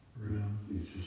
room